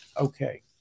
Okay